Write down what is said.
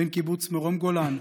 בן קיבוץ מרום גולן,